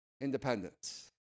Independence